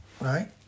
right